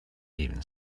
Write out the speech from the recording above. even